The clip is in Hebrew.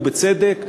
ובצדק,